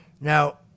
Now